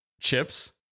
chips